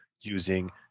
using